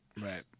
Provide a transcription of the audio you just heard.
right